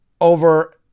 Over